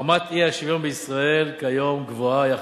רמת האי-שוויון בישראל כיום גבוהה יחסית.